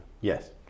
Yes